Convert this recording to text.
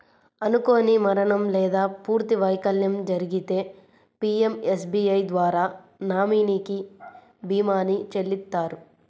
అనుకోని మరణం లేదా పూర్తి వైకల్యం జరిగితే పీయంఎస్బీఐ ద్వారా నామినీకి భీమాని చెల్లిత్తారు